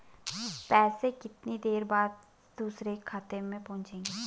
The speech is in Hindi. पैसे कितनी देर बाद दूसरे खाते में पहुंचेंगे?